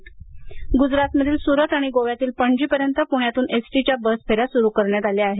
पुणे गजरात गुजरातमधील सुरत आणि गोव्यातील पणजीपर्यंत पुण्यातून एसटीच्या बस फेन्या सुरू करण्यात आल्या आहेत